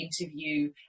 interview